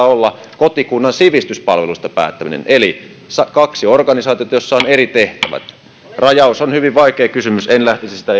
olla kotikunnan sivistyspalveluista päättäminen eli kaksi organisaatiota joissa on eri tehtävät rajaus on hyvin vaikea kysymys en lähtisi sitä